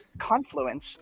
confluence